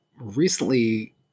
Recently